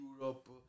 Europe